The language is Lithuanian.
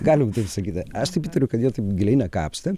galim sakyti aš taip įtariu kad jie taip giliai nekapstė